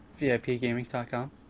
VIPgaming.com